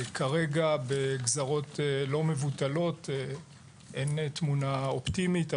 כרגע בגזרות לא מבוטלות, אין תמונה אופטימית.